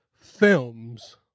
films